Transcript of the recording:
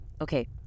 Okay